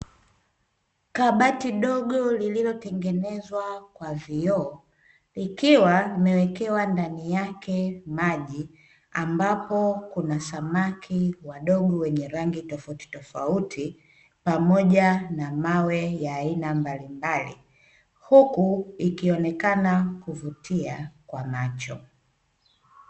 Kabati dogo lililotengenezwa kwa vioo, likiwa limewekewa ndani yake maji. Ambapo kuna samaki wadogo wenye rangi tofautitofauti, pamoja na mawe ya aina mbalimbali. Huku ikionekana kuvutia kwa macho.